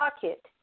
pocket